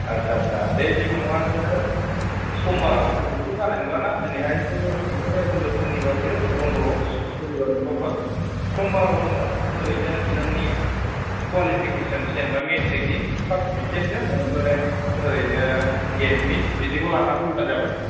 आत्सा आत्सा दे जेबो नङा नोङो समबाराव दिनैथ' जानाय नंला ना दिनैहायथ'ओमफ्राय गाबोनबो सनिबारसो बनद' स सनिबारजों रबबारजों समबाराव नोङो ओरैनो नोंनि कवालिफेकेसन जेनबा मेट्रिकनि सार्टिफिकेटजों ओमफ्राय ओरैनो एडमिट बिदिखौ लानानै फैबानो जाबाय